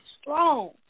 strong